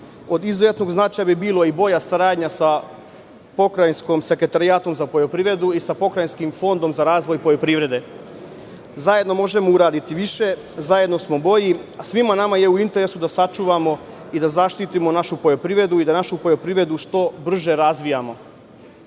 Od izuzetnog značaja bi bila i bolja saradnja sa Pokrajinskim sekretarijatom za poljoprivredu i sa Pokrajinskim fondom za razvoj poljoprivrede. Zajedno možemo uraditi više, zajedno smo bolji. Svima nama je u interesu da sačuvamo i da zaštitimo našu poljoprivredu i da našu poljoprivredu što brže razvijamo. Profesore